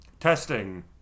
Testing